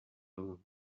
blue